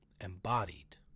embodied